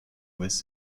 mauvaise